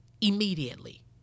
immediately